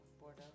Bordeaux